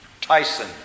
Tyson